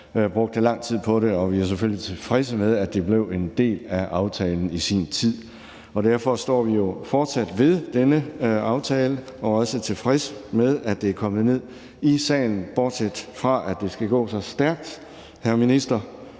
brugt lang tid på det, og vi er selvfølgelig tilfredse med, at det blev en del af aftalen i sin tid. Derfor står vi jo fortsat ved denne aftale og er også tilfredse med, at det er kommet ned i salen, bortset fra at det skal gå så stærkt, hr.